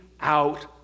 out